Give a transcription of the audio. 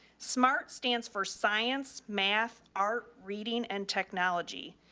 smart stands for science, math, art, reading and technology.